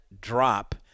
drop